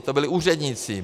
To byli úředníci.